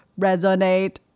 resonate